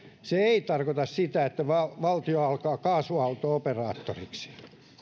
se ei tarkoita sitä että valtio alkaa kaasuauto operaattoriksi